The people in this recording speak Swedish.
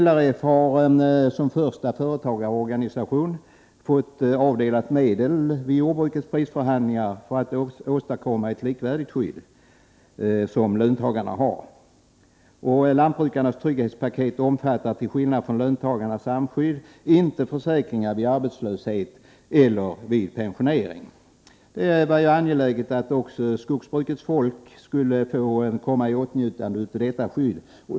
LRF har som första företagarorganisation fått medel avdelade vid jordbrukets prisförhandlingar för att åstadkomma ett skydd likvärdigt med det som löntagarna har. Lantbrukarnas trygghetspaket omfattar, till skillnad från löntagarnas samskydd, inte försäkring vid arbetslöshet eller pensionering. Det är angeläget att också skogsbrukets folk får komma i åtnjutande av liknande skydd.